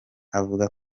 avuga